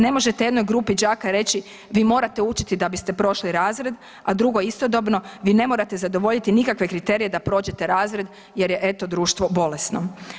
Ne možete jednoj grupi đaka reći, vi morate učiti da biste prošli razred, a drugoj istodobno, vi ne morate zadovoljiti nikakve kriterije da prođete razred, jer je eto, društvo bolesno.